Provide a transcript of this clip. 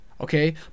Okay